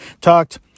talked